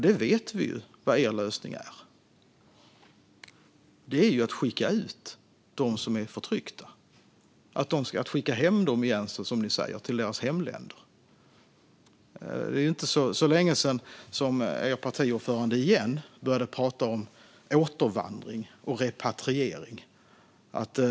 Men vi vet ju vad er lösning är, nämligen att skicka ut dem som är förtryckta. De ska skickas hem igen, som ni uttrycker det. De ska skickas till sina hemländer. Det är inte särskilt länge sedan som er partiordförande återigen började prata om återvandring och repatriering.